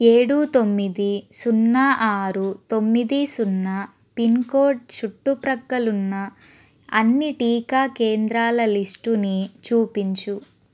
ఏడు తొమ్మిది సున్నా ఆరు తొమ్మిది సున్నా పిన్ కోడ్ చుట్టు ప్రక్కల ఉన్న అన్ని టీకా కేంద్రాల లిస్టుని చూపించుము